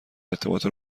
ارتباط